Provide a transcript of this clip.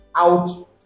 out